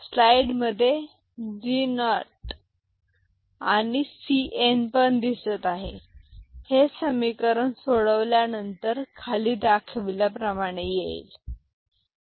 स्लाइडमध्ये G0 आणि Cn दिसत आहे हे समीकरण सोडवल्यानंतर खाली दाखविल्याप्रमाणे येईल Cnx G0'